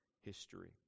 history